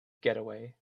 getaway